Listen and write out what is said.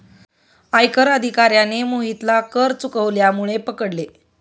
आयकर अधिकाऱ्याने मोहितला कर चुकवल्यामुळे पकडले